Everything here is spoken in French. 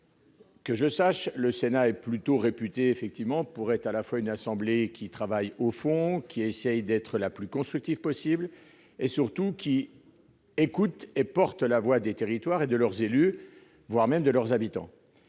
Que je sache, le Sénat est plutôt réputé pour être une assemblée qui fait un travail de fond, qui essaye d'être la plus constructive possible et, surtout, qui écoute et porte la voix des territoires et de leurs élus, voire même de leurs habitants